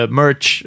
merch